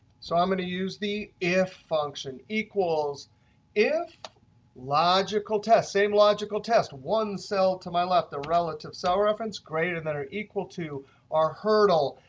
so i'm going to use the if function. equals if logical test, same logical test. one cell to my left, the relative cell reference. greater than or equal to our hurdle,